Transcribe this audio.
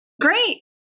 Great